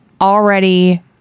already